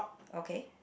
okay